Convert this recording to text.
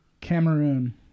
Cameroon